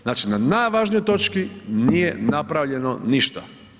Znači na najvažnijoj točki nije napravljeno ništa.